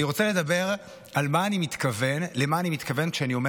אני רוצה לדבר על מה אני מתכוון כשאני אומר